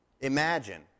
Imagine